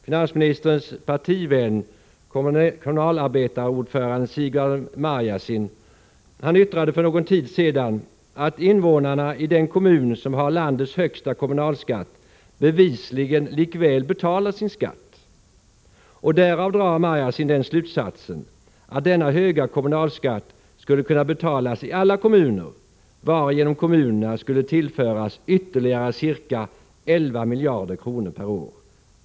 Finansministerns partivän, Kommunalarbetareförbundets ordförande Sigvard Marjasin, yttrade för någon tid sedan att invånarna i den kommun som har landets högsta kommunalskatt bevisligen likväl betalar sin skatt. Därav drar Marjasin den slutsatsen att denna höga kommunalskatt skulle kunna betalas i alla - kommuner, varigenom kommunerna skulle tillföras ytterligare ca 11 miljarder kronor per år.